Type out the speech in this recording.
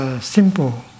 simple